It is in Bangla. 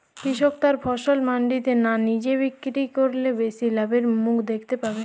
কৃষক তার ফসল মান্ডিতে না নিজে বিক্রি করলে বেশি লাভের মুখ দেখতে পাবে?